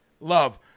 Love